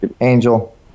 Angel